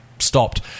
Stopped